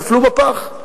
נפלו בפח.